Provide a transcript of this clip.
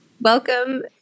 Welcome